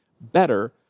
better